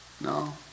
No